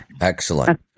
Excellent